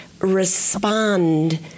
respond